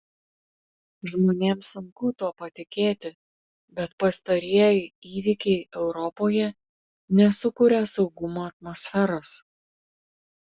žmonėms sunku tuo patikėti bet pastarieji įvykiai europoje nesukuria saugumo atmosferos